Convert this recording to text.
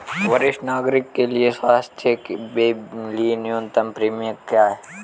वरिष्ठ नागरिकों के स्वास्थ्य बीमा के लिए न्यूनतम प्रीमियम क्या है?